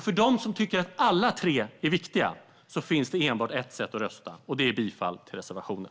För dem som tycker att alla tre är viktiga finns det enbart ett sätt att rösta, och det är bifall till reservationen.